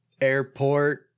airport